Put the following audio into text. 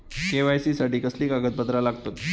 KYC साठी कसली कागदपत्र लागतत?